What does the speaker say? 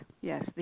yes